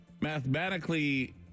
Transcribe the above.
mathematically